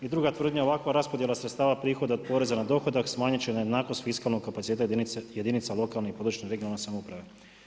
I druga tvrdnja, ovakva raspodjela sredstava prihoda od poreza na dohodak smanjit će na jednakost fiskalnog kapaciteta jedinica lokalne i područne (regionalne) samouprave.